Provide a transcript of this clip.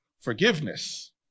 forgiveness